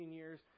years